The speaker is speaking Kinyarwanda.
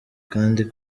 kandi